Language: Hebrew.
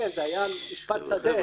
כן, זה היה משפט שדה.